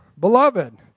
beloved